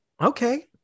okay